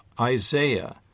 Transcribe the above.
Isaiah